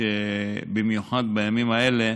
במיוחד בימים האלה,